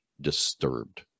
disturbed